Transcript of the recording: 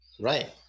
Right